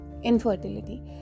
Infertility